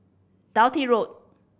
Dundee Road